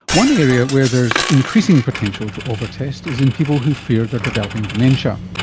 one area where there's increasing potential to over-test is in people who fear they're developing dementia.